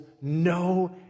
no